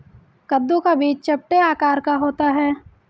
कद्दू का बीज चपटे आकार का होता है